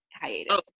hiatus